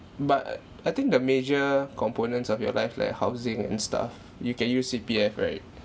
but I I think the major components of your life like housing and stuff you can use C_P_F right